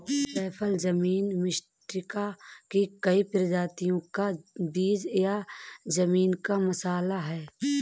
जायफल जीनस मिरिस्टिका की कई प्रजातियों का बीज या जमीन का मसाला है